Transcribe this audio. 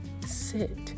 Sit